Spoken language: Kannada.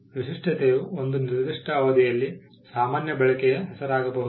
ವಿಶಿಷ್ಟತೆಯು ಒಂದು ನಿರ್ದಿಷ್ಟ ಅವಧಿಯಲ್ಲಿ ಸಾಮಾನ್ಯ ಬಳಕೆಯ ಹೆಸರಾಗಬಹುದು